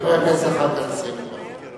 לוין, תן לחבר הכנסת זחאלקה לסיים את דברו.